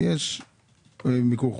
ויש במיקור חוץ.